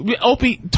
Opie